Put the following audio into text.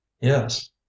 Yes